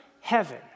heaven